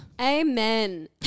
amen